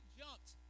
jumped